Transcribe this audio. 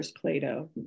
plato